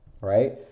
Right